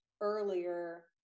earlier